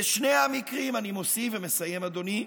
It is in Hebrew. בשני המקרים", אני מוסיף ומסיים, אדוני,